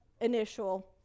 initial